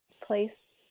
place